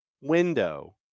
window